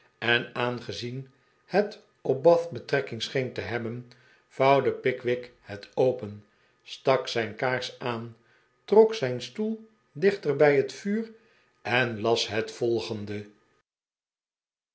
en aangezien het op bath betrekking scheen te hebben vouwde pickwick het open stak zijn kaars aan trok zijn stoel dichtef bij het vuur en las het volgende